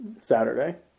Saturday